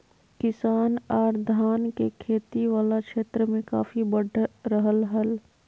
किसान आर धान के खेती वला क्षेत्र मे काफी बढ़ रहल हल